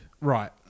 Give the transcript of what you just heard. Right